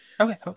Okay